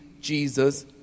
Jesus